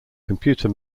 computer